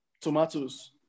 tomatoes